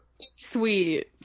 sweet